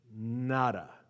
nada